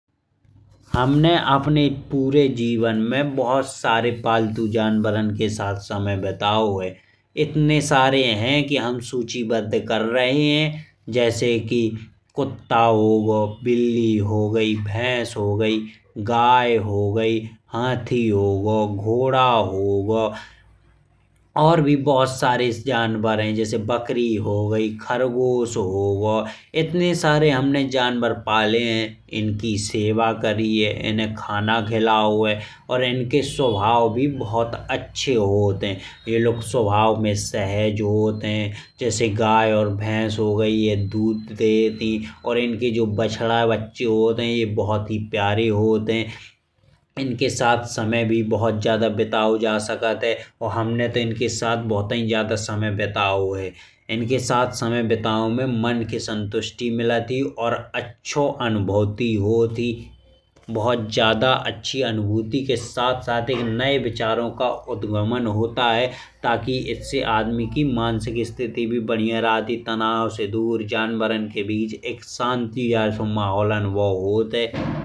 हमने अपने पूरे जीवन में बहुत सारे पालतू जानवरों के साथ समय बितायो है। इतने सारे हैं कि हम उन्हें सूचिबद्ध कर रहे हैं। जैसे कि कुत्ता हो गयो बिल्ली हो गई भैंस हो गई गाय हो गई हाथी हो गयो। घोड़ा हो गयो और भी बहुत सारे जानवर हैं जैसे बकरी हो गई खरगोश हो गयो। इतने सारे जानवर हमने पाले हैं। इनकी सेवा करी है इन्हें खाना खिलाया है। और इनके स्वभाव भी बहुत अच्छे होते हैं। ये लोग स्वभाव में सहज होते हैं जैसे गाय और भैंस हो गई। जे दूध देत ही और इनके जो बच्चे होते हैं वे बहुत ही प्यारे होत हैं। इनके साथ समय भी बहुत ज्यादा बितायो जा सकत है। और हमने तो इनके साथ बहुताई ज्यादा समय बितायो है। इनके साथ समय बितायो में मन को संतुष्टि मिलत ही और अच्छी अनुभूति होत ही। बहुत ज्यादा अच्छी अनुभूति के साथ-साथ एक नए विचारों का उद्गम होता है। ताकि इससे आदमी की मानसिक स्थिति भी बढ़िया रहत ही तनाव से दूर। जानवरों के बीच एक शांति और सुकून का माहौल को अनुभव होत है।